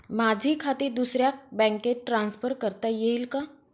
माझे खाते दुसऱ्या बँकेत ट्रान्सफर करता येईल का?